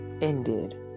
ended